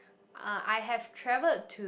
uh I have traveled to